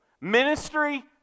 Ministry